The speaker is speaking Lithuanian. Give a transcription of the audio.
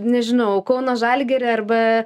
nežinau kauno žalgiry arba